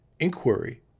Inquiry